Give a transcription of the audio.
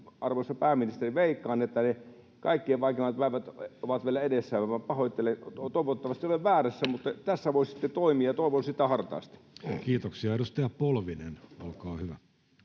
Arvoisa pääministeri, veikkaan, että ne kaikkein vaikeimmat päivät ovat vielä edessä. Pahoittelen, ja toivottavasti olen väärässä. Tässä voisitte toimia, ja toivon sitä hartaasti. Kiitoksia. — Edustaja Polvinen, olkaa hyvä.